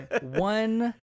One